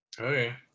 Okay